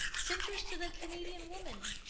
send yours to the canadian woman.